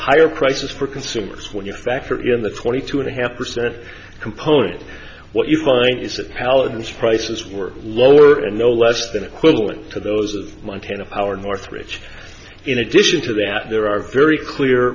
higher prices for consumers when you factor in the twenty two and a half percent component what you find is the paladin's prices were lower and no less than equivalent to those of montana power northridge in addition to that there are very clear